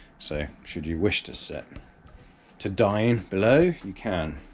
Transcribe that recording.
so should you wish to sit to dine below, you can,